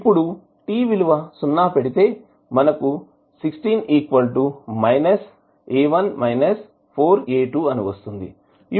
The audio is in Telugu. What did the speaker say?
ఇప్పుడు t విలువసున్నాపెడితే మనకు అని వస్తుంది